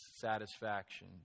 satisfaction